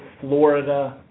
Florida